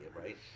right